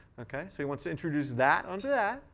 so he wants to introduce that onto yeah